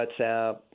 WhatsApp